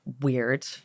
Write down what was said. weird